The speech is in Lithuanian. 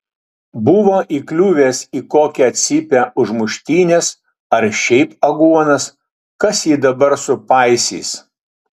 buvo įkliuvęs į kokią cypę už muštynes ar šiaip aguonas kas jį dabar supaisys